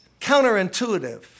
counterintuitive